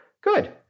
Good